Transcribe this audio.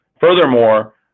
Furthermore